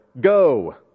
Go